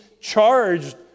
charged